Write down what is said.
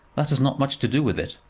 that has not much to do with it.